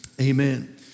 amen